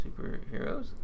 Superheroes